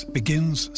begins